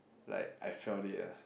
like I felt it ah